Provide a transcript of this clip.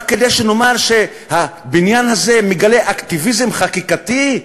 רק כדי שנאמר שהבניין הזה מגלה אקטיביזם חקיקתי?